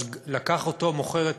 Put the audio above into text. אז לקח אותו מוכר,